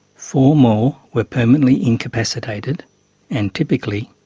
four more were permanently incapacitated and, typically,